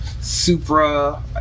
Supra